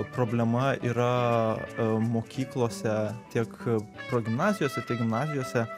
problema yra mokyklose tiek progimnazijose tiek gimnazijose